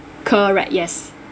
correct yes